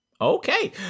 okay